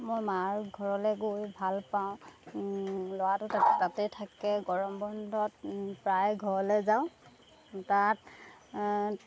মই মাৰ ঘৰলৈ গৈ ভাল পাওঁ ল'ৰাটো তাতে তাতে থাকে গৰম বন্ধত প্ৰায় ঘৰলৈ যাওঁ তাত